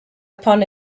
upon